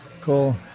cool